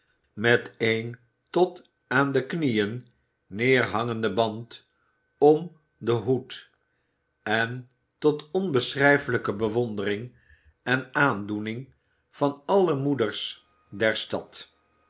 met een tot aan de knieën nederhangenden band om den hoed en tot onbeschrijfelijke bewondering en aandoening van alle moeders der stad